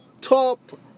top